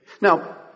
Now